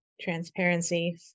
transparency